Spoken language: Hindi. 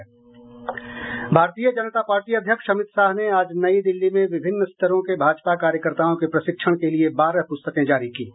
भारतीय जनता पार्टी अध्यक्ष अमित शाह ने आज नई दिल्ली में विभिन्न स्तरों के भाजपा कार्यकर्ताओं के प्रशिक्षण के लिए बारह पुस्तकें जारी कीं